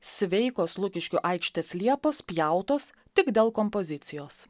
sveikos lukiškių aikštės liepos pjautos tik dėl kompozicijos